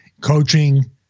Coaching